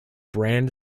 brand